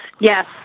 yes